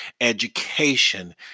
education